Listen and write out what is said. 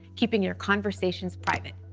keeping your conversations private.